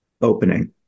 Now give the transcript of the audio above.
opening